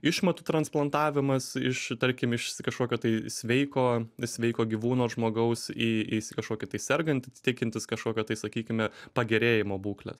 išmatų transplantavimas iš tarkim iš s kažkokio tai sveiko sveiko gyvūno ar žmogaus į į s kažkokį tai sergantį tikintis kažkokio tai sakykime pagerėjimo būklės